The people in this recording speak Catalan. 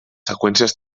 seqüències